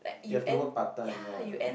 you have to work part-time lah